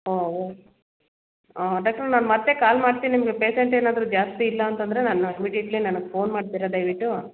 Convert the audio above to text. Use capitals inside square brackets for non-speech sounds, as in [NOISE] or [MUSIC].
[UNINTELLIGIBLE] doctor ನಾನು ಮತ್ತೆ call ಮಾಡ್ತೀನಿ ನಿಮಗೆ ಪೇಶಂಟ್ ಏನಾದರೂ ಜಾಸ್ತಿ ಇಲ್ಲ ಅಂತಂದರೆ ನಾನು ಇಮಿಡಿಯೆಟ್ಲಿ ನನ್ಗೆ ಫೋನ್ ಮಾಡ್ತೀರಾ ದಯವಿಟ್ಟು